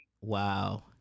Wow